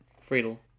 Friedel